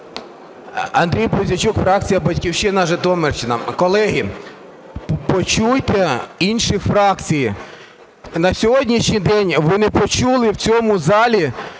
Андрій Пузійчук, фракція "Батьківщина", Житомирщина. Колеги, почуйте інші фракції. На сьогоднішній день ви не почули в цьому залі